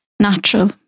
natural